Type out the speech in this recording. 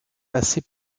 assez